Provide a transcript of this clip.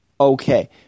Okay